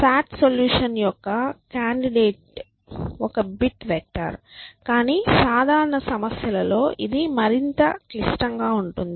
SAT solution యొక్క candidate ఒక bit vector కానీ సాధారణ సమస్యలలో ఇది మరింత క్లిష్టంగా ఉంటుంది